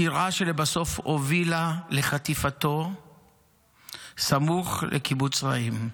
בחירה שלבסוף הובילה לחטיפתו סמוך לקיבוץ רעים.